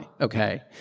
okay